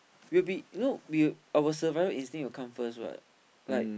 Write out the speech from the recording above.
we will be you know we our survival instinct will come first right right